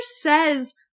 says